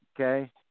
Okay